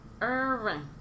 Irving